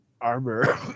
armor